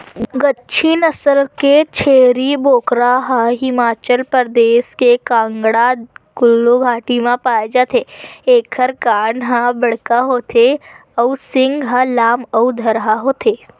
गद्दी नसल के छेरी बोकरा ह हिमाचल परदेस के कांगडा कुल्लू घाटी म पाए जाथे एखर कान ह बड़का होथे अउ सींग ह लाम अउ धरहा होथे